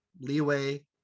leeway